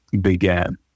began